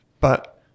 but-